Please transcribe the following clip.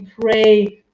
pray